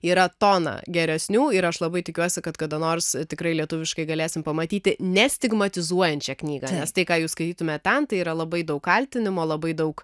yra tona geresnių ir aš labai tikiuosi kad kada nors tikrai lietuviškai galėsim pamatyti nestigmatizuojančią knygą nes tai ką jūs skaitytumėt ten tai yra labai daug kaltinimo labai daug